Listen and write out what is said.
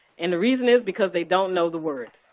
and the reason is because they don't know the words.